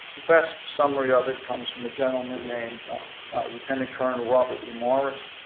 the best summary of it comes from a gentleman named lieutenant colonel robert e morris.